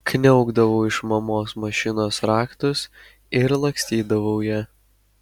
kniaukdavau iš mamos mašinos raktus ir lakstydavau ja